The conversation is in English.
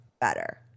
better